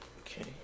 Okay